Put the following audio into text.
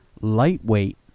lightweight